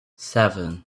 seven